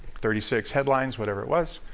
thirty six headlines, whatever it was,